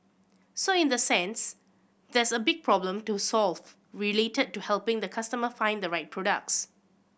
so in the sense there's a big problem to solve related to helping the customer find the right products